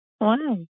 Wow